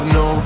no